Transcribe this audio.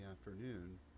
afternoon